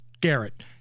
Garrett